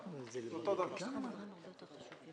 בעמותה.